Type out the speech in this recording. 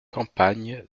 campagne